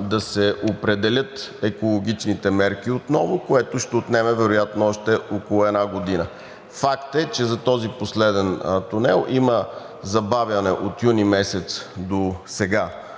да се определят екологичните мерки отново, което ще отнеме вероятно още около година. Факт е, че за този последен тунел има забавяне от месец юни досега